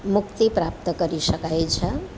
મુક્તિ પ્રાપ્ત કરી શકાય છે